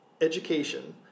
education